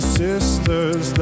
sisters